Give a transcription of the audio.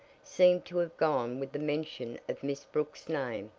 seemed to have gone with the mention of miss brooks' name.